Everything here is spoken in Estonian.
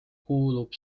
kuulub